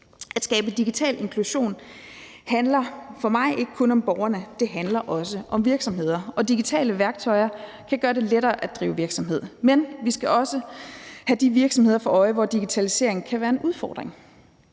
At skabe digital inklusion handler for mig ikke kun om borgerne, det handler også om virksomheder. Digitale værktøjer kan gøre det lettere at drive virksomhed, men vi skal også have de virksomheder for øje, hvor digitalisering kan være en udfordring.